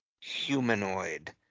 humanoid